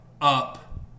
up